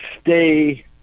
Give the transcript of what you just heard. stay